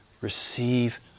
receive